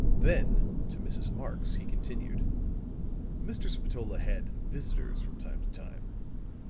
then to mrs. marx he continued mr. spatola had visitors from time to time,